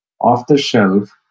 off-the-shelf